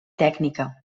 tècnica